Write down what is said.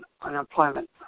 unemployment